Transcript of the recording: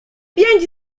pięć